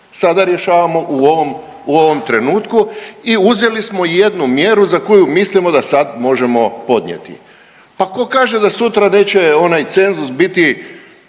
sada rješavamo u ovom trenutku i uzeli smo jednu mjeru za koju mislimo da sad možemo podnijeti. Pa ko kaže da sutra neće onaj cenzus biti